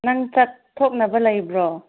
ꯅꯪ ꯆꯠꯊꯣꯛꯅꯕ ꯂꯩꯕ꯭ꯔꯣ